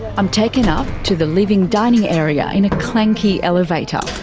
i'm taken up to the living dining area in a clanky elevator.